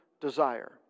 desire